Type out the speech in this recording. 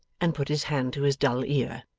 and put his hand to his dull ear.